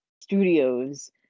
studios